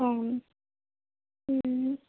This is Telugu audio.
అవును